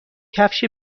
کفش